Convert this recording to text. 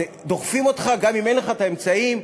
גם אם אין לך את האמצעים,